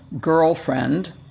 girlfriend